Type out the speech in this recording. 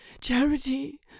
Charity